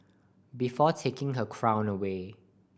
before taking her crown away